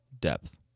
depth